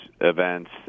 events